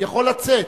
יכול לצאת.